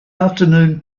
afternoon